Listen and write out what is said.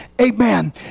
Amen